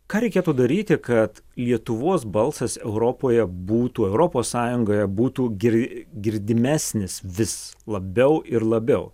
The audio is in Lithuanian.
ką reikėtų daryti kad lietuvos balsas europoje būtų europos sąjungoje būtų gir girdimesnis vis labiau ir labiau